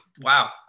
wow